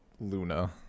Luna